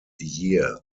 year